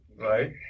right